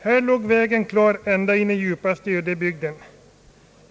Här låg vägen klar ända in i djupaste ödebygden.